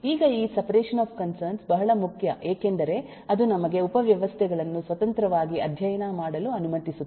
ಈಗ ಈ separation of concern ಬಹಳ ಮುಖ್ಯ ಏಕೆಂದರೆ ಅದು ನಮಗೆ ಉಪವ್ಯವಸ್ಥೆಗಳನ್ನು ಸ್ವತಂತ್ರವಾಗಿ ಅಧ್ಯಯನ ಮಾಡಲು ಅನುಮತಿಸುತ್ತದೆ